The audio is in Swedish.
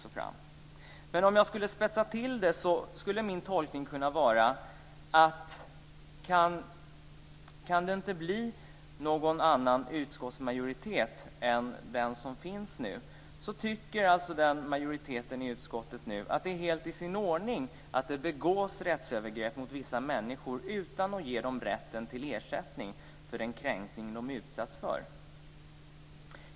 Men om jag spetsar till det skulle min tolkning kunna vara att utskottsmajoriteten tycker att det är helt i sin ordning att det begås rättsövergrepp mot vissa människor utan att de har rätt till ersättning för den kränkning som de utsatts för.